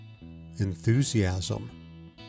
enthusiasm